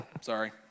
sorry